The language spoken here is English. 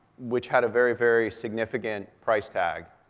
which had a very, very significant price tag,